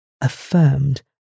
affirmed